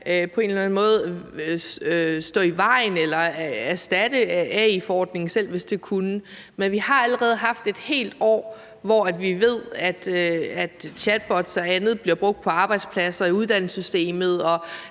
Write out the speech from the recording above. på en eller anden måde skal stå i vejen for eller erstatte AI-forordningen, selv hvis det kunne. Men vi har allerede haft et helt år, hvor vi ved at chatbots og andet bliver brugt på arbejdspladser og i uddannelsessystemet og